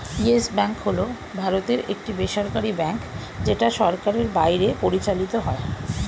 yes Bank হল ভারতের একটি বেসরকারী ব্যাঙ্ক যেটা সরকারের বাইরে পরিচালিত হয়